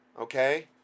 Okay